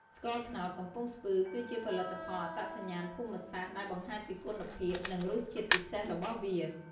ស្ករត្នោតកំពង់ស្ពឺ គឺជាផលិតផលអត្តសញ្ញាណភូមិសាស្ត្រ ដែលបង្ហាញពីគុណភាព និងរសជាតិពិសេសរបស់វា។